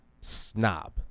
snob